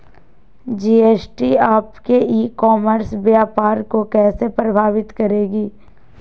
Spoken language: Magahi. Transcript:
जी.एस.टी आपके ई कॉमर्स व्यापार को कैसे प्रभावित करेगी?